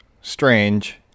strange